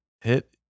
hit